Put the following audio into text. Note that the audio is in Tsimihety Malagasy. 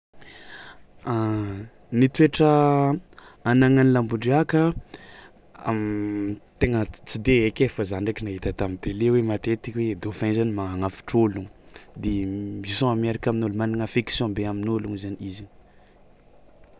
Ny toetra anagnan'ny lambondriàka, tegna tsy de haiky ay fao zah ndraiky nahita tamin'ny télé hoe dauphin zany magnavotro ôlogno de mi- misaoma miaraka amin'ôlo, managna affection be amin'ôlogno zany izigny.